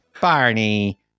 Barney